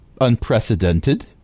unprecedented